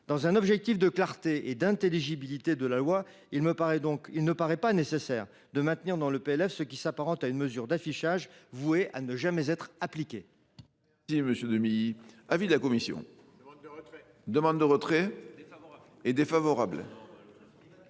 Dans un objectif de clarté et d’intelligibilité de la loi, il ne paraît pas nécessaire de maintenir dans le présent texte ce qui s’apparente à une mesure d’affichage vouée à n’être jamais appliquée.